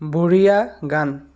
বঢ়িয়া গান